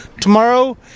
tomorrow